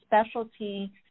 specialty